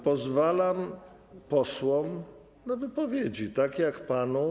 Pozwalam posłom na wypowiedzi, tak jak panu.